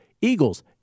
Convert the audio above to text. Eagles